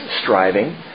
striving